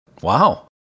Wow